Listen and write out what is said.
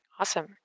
Awesome